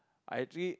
I actually